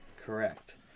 Correct